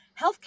healthcare